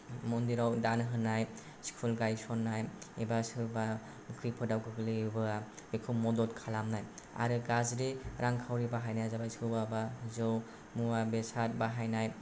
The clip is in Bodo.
मन्दिराव दान होनाय स्कुल गायसन्नाय एबा सोरबा खैफोदाव गोग्लैयोबा बेखौ मदद खालामनाय आरो गाज्रि रांखावरि बाहायनाया जाबाय सोरबा बा जौ मुवा बेसाद बाहायनाय